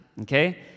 okay